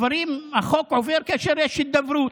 החוק עובר כאשר יש הידברות.